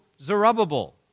Zerubbabel